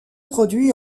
produit